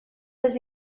does